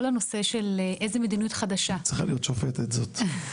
כל הנושא של איזה מדיניות חדשה --- היא צריכה להיות שופטת זאת.